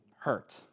hurt